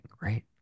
right